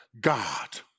God